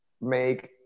make